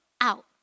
out